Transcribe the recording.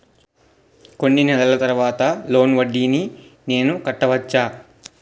కొన్ని నెలల తర్వాత లోన్ వడ్డీని నేను కట్టవచ్చా?